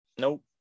nope